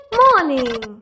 morning